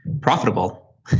profitable